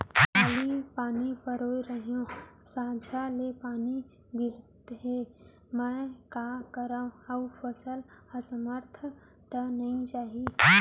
काली पानी पलोय रहेंव, संझा ले पानी गिरत हे, मैं का करंव अऊ फसल असमर्थ त नई जाही?